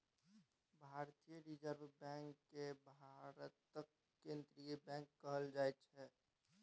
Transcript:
भारतीय reserve bank केँ भारतक केंद्रीय बैंक कहल जाइ छै